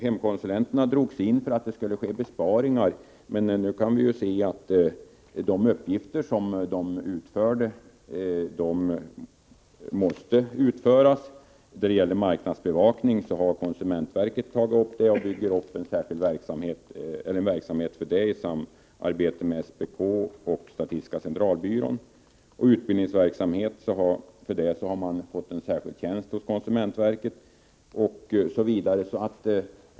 Hemkonsulenterna drogs in för att det skulle göras besparingar, men nu kan vi se att de uppgifter de utförde måste utföras. Marknadsbevakning har konsumentverket tagit upp och bygger upp en verksamhet för det i samarbete med SPK och statistiska centralbyrån, för utbildningsverksamhet har man fått en särskild tjänst hos konsumentverket, osv.